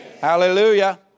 Hallelujah